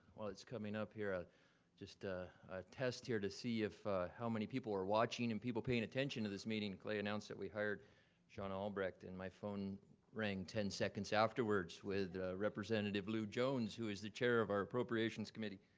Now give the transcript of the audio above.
while it's coming up here, ah just ah a test here to see if how many people are watching and people paying attention to this meeting. clay announced that we hired shauna albrecht and my phone rang ten seconds afterwards with representative llew jones who is the chair of our appropriations committee,